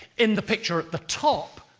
in the picture at the top,